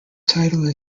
title